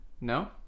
no